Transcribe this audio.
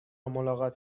ملاقات